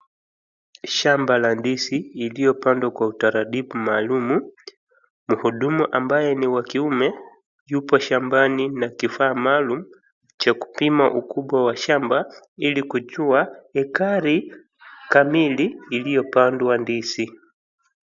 Shamba la ndizi iliyopandwa kwa utaratibu maalum. Mhudumu ambaye ni wa kiume yupo shambani na kifaa maalum cha kupima ukubwa wa shamba ili kujua ekari kamili iliyopandwa ndizi.